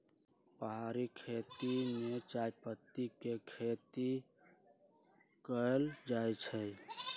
पहारि खेती में चायपत्ती के खेती कएल जाइ छै